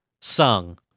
Sung